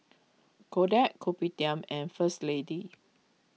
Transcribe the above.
Kodak Kopitiam and First Lady